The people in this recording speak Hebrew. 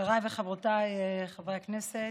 חבריי וחברותיי חברי הכנסת,